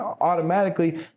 automatically